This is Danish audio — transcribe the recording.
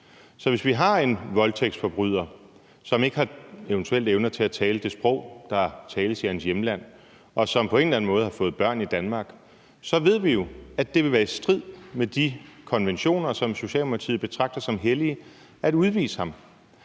Så hvis vi har en voldtægtsforbryder, som eventuelt ikke har evner til at tale det sprog, der tales i hans hjemland, og som på en eller anden måde har fået børn i Danmark, så ved vi jo, at det vil være i strid med de konventioner, som Socialdemokratiet betragter som hellige, at udvise ham.